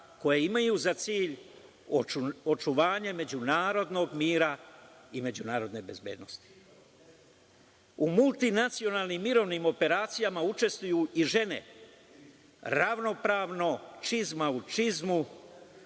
koje imaju za cilj očuvanje međunarodnog mira i međunarodne bezbednosti.U multinacionalnim operacijama učestvuju i žene ravnopravno, čizma u čizmu,